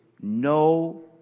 no